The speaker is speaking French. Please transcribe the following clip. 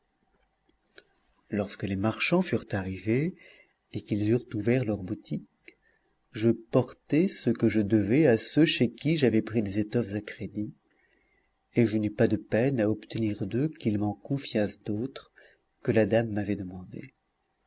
lorsque les marchands furent arrivés et qu'ils eurent ouvert leurs boutiques je portai ce que je devais à ceux chez qui j'avais pris des étoffes à crédit et je n'eus pas de peine à obtenir d'eux qu'ils m'en confiassent d'autres que la dame m'avait demandées